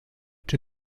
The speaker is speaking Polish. czy